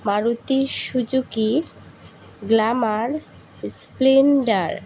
Maruti Suzuki glamour splendor